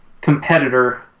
competitor